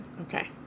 Okay